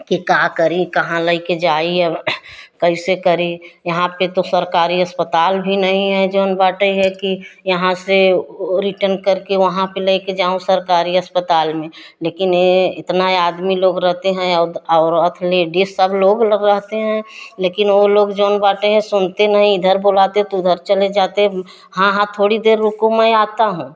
कि का करी कहाँ लई के जाई अब कैसे करी यहाँ पर तो सरकारी अस्पताल भी नहीं हैं जौन बाटे है कि यहाँ से रिटर्न करके वहाँ पर लेकर जाऊँ सरकारी अस्पताल में लेकिन यह इतना आदमी लोग रहते हैं औरत लेडीस सब लोग लोग रहते हैं लेकिन वह लोग जौन बाटे है सुनते नहीं इधर बुलाते तो उधर चले जाते हाँ हाँ थोड़ी देर रुको मैं आता हूँ